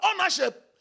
ownership